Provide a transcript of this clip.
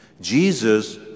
Jesus